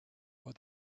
but